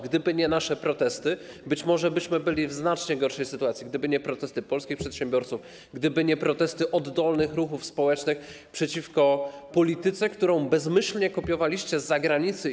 Gdyby nie nasze protesty, być może byśmy byli w znacznie gorszej sytuacji, gdyby nie protesty polskich przedsiębiorców, gdyby nie protesty oddolnych ruchów społecznych przeciwko polityce, którą bezmyślnie kopiowaliście z zagranicy.